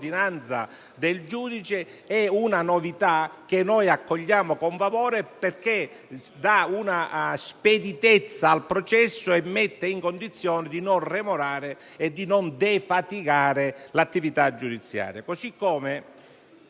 di ordinanza del giudice è una novità che noi accogliamo con favore, perché dà speditezza al processo e mette nelle condizioni di non defatigare l'attività giudiziaria.